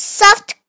soft